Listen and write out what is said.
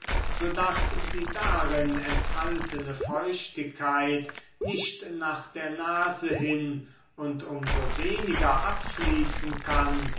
so daß die darin enthaltene feuchtigkeit nicht nach der nase hin und um so weniger abfließen kann